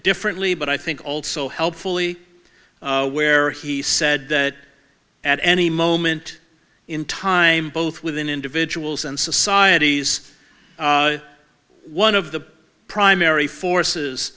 differently but i think also helpfully where he said that at any moment in time both within individuals and societies one of the primary forces